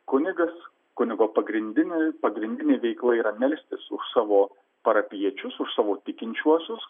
kunigas kunigo pagrindinė pagrindinė veikla yra melstis už savo parapijiečius už savo tikinčiuosius